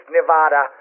Nevada